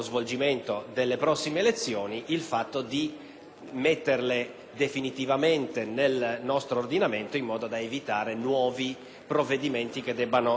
inserirla definitivamente nel nostro ordinamento, in modo da evitare nuovi provvedimenti che debbano interessare soltanto una scadenza elettorale.